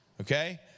okay